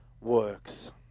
works